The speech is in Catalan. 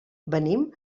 venim